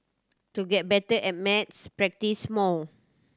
to get better at maths practise more